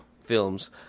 films